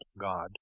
God